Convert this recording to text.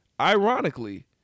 Ironically